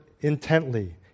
intently